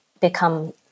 become